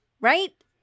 right